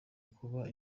kuba